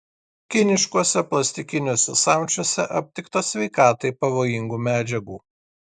kiniškuose plastikiniuose samčiuose aptikta sveikatai pavojingų medžiagų